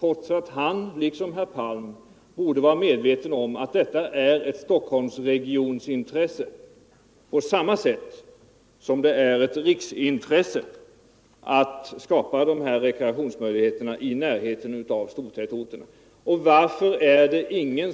Denne socialdemokrat liksom herr Palm borde vara medveten om att detta är ett Stockholmsregionsintresse och dessutom ett riksintresse att skapa rekreationsmöjligheter i närheten av stortätorterna. Varför är det ingen